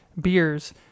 beers